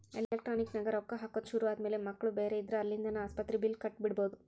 electronic ನ್ಯಾಗ ರೊಕ್ಕಾ ಹಾಕೊದ್ ಶುರು ಆದ್ಮ್ಯಾಲೆ ಮಕ್ಳು ಬ್ಯಾರೆ ಇದ್ರ ಅಲ್ಲಿಂದಾನ ಆಸ್ಪತ್ರಿ ಬಿಲ್ಲ್ ಕಟ ಬಿಡ್ಬೊದ್